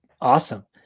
awesome